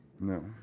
No